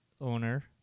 owner